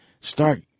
start